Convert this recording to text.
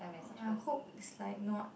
ya hope it's like not